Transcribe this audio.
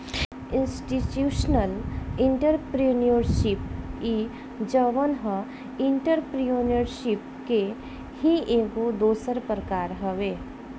institutional entrepreneurship इ जवन ह एंटरप्रेन्योरशिप के ही एगो दोसर प्रकार हवे